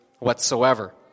whatsoever